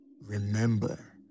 Remember